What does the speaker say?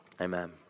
Amen